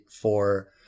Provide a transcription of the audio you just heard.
for-